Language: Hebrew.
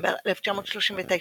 ספטמבר 1939,